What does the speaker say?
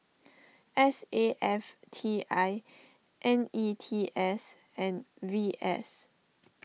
S A F T I N E T S and V S